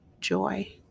joy